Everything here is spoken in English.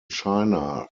china